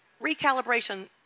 recalibration